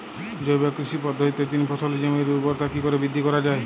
জৈব কৃষি পদ্ধতিতে তিন ফসলী জমির ঊর্বরতা কি করে বৃদ্ধি করা য়ায়?